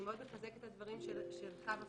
אני מאוד מחזקת את הדברים של חוה פרידמן,